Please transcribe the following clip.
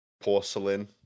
porcelain